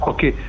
Okay